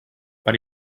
but